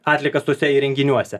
atliekas tuose įrenginiuose